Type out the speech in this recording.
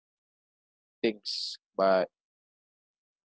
things but